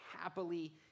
happily